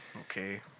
okay